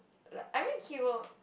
like I mean he will